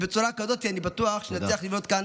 בצורה כזאת אני בטוח שנצליח לבנות כאן